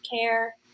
care